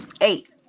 eight